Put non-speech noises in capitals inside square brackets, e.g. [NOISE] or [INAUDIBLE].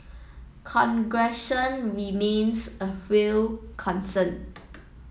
[UNINTELLIGIBLE] remains a real concern